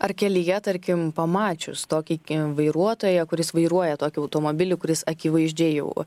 ar kelyje tarkim pamačius tokį kim vairuotoją kuris vairuoja tokį automobilį kuris akivaizdžiai jau